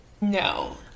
No